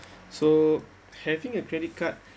so having a credit card